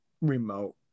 remote